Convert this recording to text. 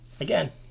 Again